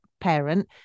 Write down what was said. parent